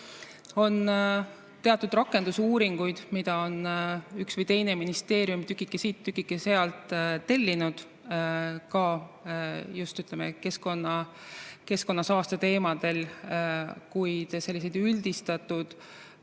On teatud rakendusuuringuid, mida on üks või teine ministeerium tükike siit ja tükike sealt tellinud, ka keskkonnasaaste teemadel. Kuid üldistatud